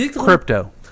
crypto